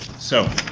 so,